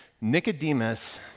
Nicodemus